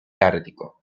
ártico